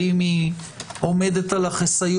ואם היא עומדת על החיסון,